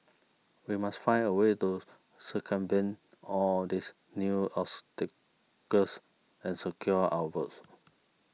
we must find a way to circumvent all these new obstacles and secure our votes